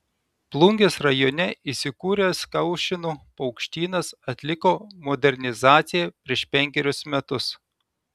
plungės rajone įsikūręs kaušėnų paukštynas atliko modernizaciją prieš penkerius metus